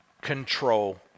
control